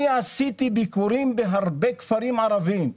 אני עשיתי ביקורים בהרבה כפרים ערביים.